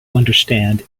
understand